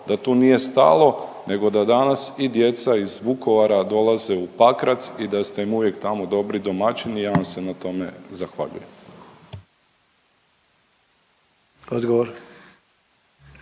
da tu nije stalo nego da danas i djeca iz Vukovara dolaze u Pakrac i da ste im uvijek tamo dobri domaćini i ja vam se na tome zahvaljujem.